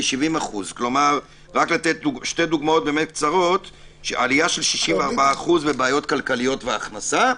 שתי דוגמאות קצרות: עלייה של 64% בבעיות כלכליות והכנסה.